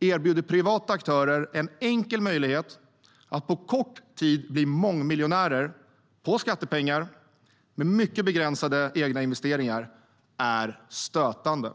erbjuder privata aktörer en enkel möjlighet att på kort tid bli mångmiljonärer på skattepengar och med mycket begränsade egna investeringar är stötande.